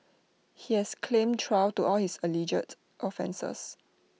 he has claimed trial to all his alleged offences